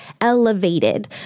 elevated